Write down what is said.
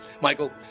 Michael